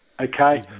Okay